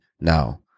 now